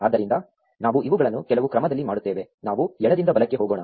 ಆದ್ದರಿಂದ ನಾವು ಇವುಗಳನ್ನು ಕೆಲವು ಕ್ರಮದಲ್ಲಿ ಮಾಡುತ್ತೇವೆ ನಾವು ಎಡದಿಂದ ಬಲಕ್ಕೆ ಹೋಗೋಣ